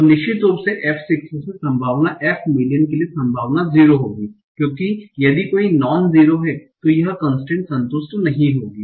तो निश्चित रूप से f 6 से संभावना f मिलियन के लिए संभावना 0 होगी क्योंकि यदि कोई भी नॉन 0 है तो यह कन्स्ट्रेन्ट संतुष्ट नहीं होगी